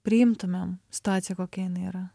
priimtumėm situaciją kokia jinai yra